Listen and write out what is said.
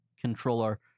controller